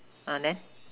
then